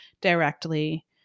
directly